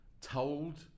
told